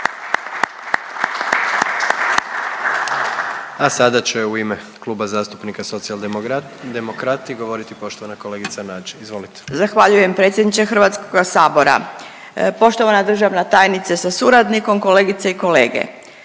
A sada će u ime Kluba zastupnika Socijaldemokrati govoriti poštovana kolegica Nađ. Izvolite. **Nađ, Vesna (Socijaldemokrati)** Zahvaljujem predsjedniče Hrvatskoga sabora. Poštovana državna tajnice sa suradnikom, kolegice i kolege,